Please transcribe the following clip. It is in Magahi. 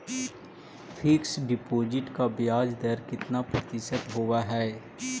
फिक्स डिपॉजिट का ब्याज दर कितना प्रतिशत होब है?